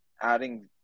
adding